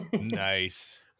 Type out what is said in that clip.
Nice